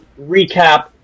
recap